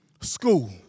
school